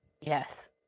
Yes